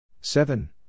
seven